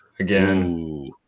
Again